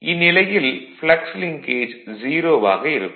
இந்நிலையில் flux linkage 0 ஆக இருக்கும்